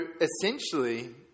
essentially